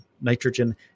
nitrogen